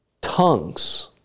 tongues